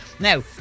Now